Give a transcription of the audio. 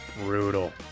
brutal